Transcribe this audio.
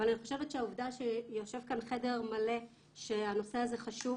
אבל אני חושבת שהעובדה שיושב כאן חדר מלא שהנושא הזה חשוב